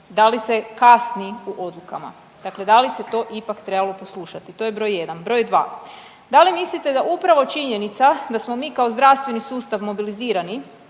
da li se kasni u odlukama, dakle da li se to ipak trebalo poslušati? To je broj jedan. Broj dva, da li mislite da upravo činjenica da smo mi kao zdravstveni sustav mobilizirani